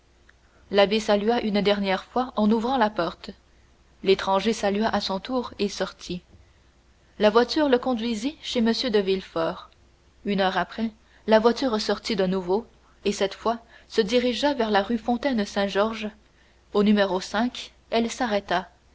l'abbé salua une dernière fois en ouvrant la porte l'étranger salua à son tour et sortit la voiture le conduisit droit chez m de villefort une heure après la voiture sortit de nouveau et cette fois se dirigea vers la rue fontaine saint georges au numéro elle s'arrêta